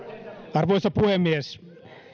arvoisa puhemies